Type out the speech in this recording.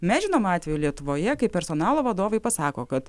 mes žinom atvejų lietuvoje kai personalo vadovai pasako kad